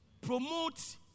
promote